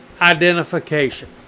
identification